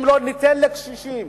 אם לא ניתן לקשישים,